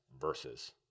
versus